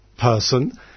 person